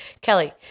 Kelly